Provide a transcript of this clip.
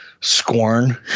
scorn